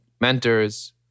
mentors